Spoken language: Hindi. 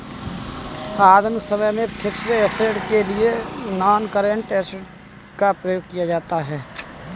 आधुनिक समय में फिक्स्ड ऐसेट के लिए नॉनकरेंट एसिड का प्रयोग किया जाता है